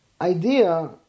idea